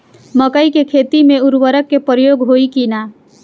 मकई के खेती में उर्वरक के प्रयोग होई की ना?